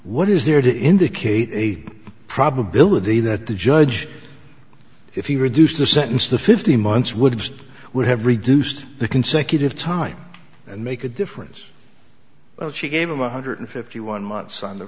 what is there to indicate a probability that the judge if he reduced the sentence to fifteen months would have would have reduced the consecutive time and make a difference she gave him one hundred fifty one months on the